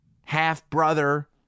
half-brother